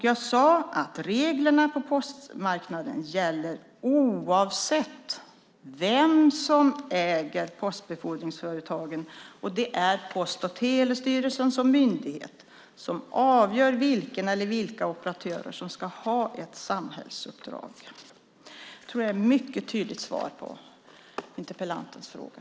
Jag sade att reglerna på postmarknaden gäller oavsett vem som äger postbefordringsföretagen och att det är Post och telestyrelsen som myndighet som avgör vilken eller vilka operatörer som ska ha ett samhällsuppdrag. Jag tycker att det är ett mycket tydligt svar på interpellantens fråga.